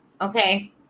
Okay